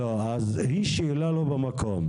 לא, אז היא שאלה לא במקום.